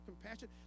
compassion